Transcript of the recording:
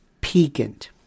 piquant